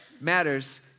matters